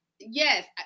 yes